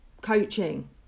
coaching